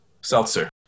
seltzer